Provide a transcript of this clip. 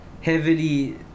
heavily